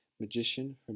Magician